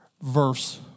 verse